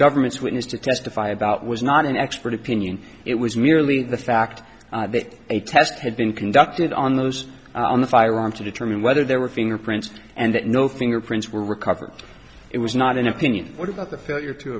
government's witness to testify about was not an expert opinion it was merely the fact that a test had been conducted on those on the firearm to determine whether there were fingerprints and that no fingerprints were recovered it was not an opinion what about the failure to